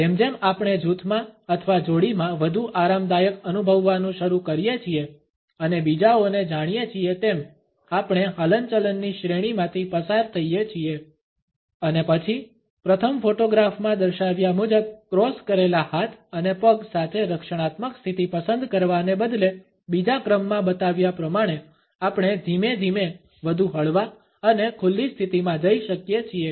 જેમ જેમ આપણે જૂથમાં અથવા જોડીમાં વધુ આરામદાયક અનુભવવાનું શરૂ કરીએ છીએ અને બીજાઓને જાણીએ છીએ તેમ આપણે હલનચલન ની શ્રેણીમાંથી પસાર થઈએ છીએ અને પછી પ્રથમ ફોટોગ્રાફમાં દર્શાવ્યા મુજબ ક્રોસ કરેલા હાથ અને પગ સાથે રક્ષણાત્મક સ્થિતિ પસંદ કરવાને બદલે બીજા ક્રમમાં બતાવ્યા પ્રમાણે આપણે ધીમે ધીમે વધુ હળવા અને ખુલ્લી સ્થિતિમાં જઈ શકીએ છીએ